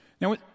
Now